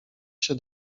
się